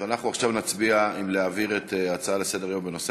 אז אנחנו עכשיו נצביע אם להעביר את ההצעה לסדר-היום בנושא